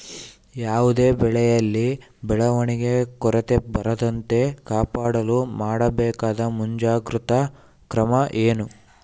ಯಾವುದೇ ಬೆಳೆಯಲ್ಲಿ ಬೆಳವಣಿಗೆಯ ಕೊರತೆ ಬರದಂತೆ ಕಾಪಾಡಲು ಮಾಡಬೇಕಾದ ಮುಂಜಾಗ್ರತಾ ಕ್ರಮ ಏನು?